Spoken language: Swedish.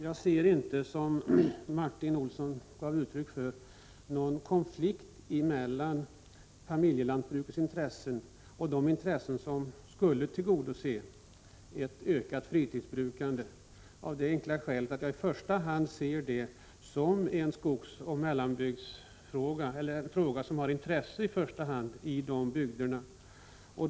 Jag ser inte, så som Martin Segerstedt gav uttryck för, någon konflikt mellan familjelantbrukets intressen och de intressen som skulle tillgodose ett ökat fritidsbrukande, av det enkla skälet att jag ser detta som en fråga som har intresse i första hand i skogsoch mellanbygderna.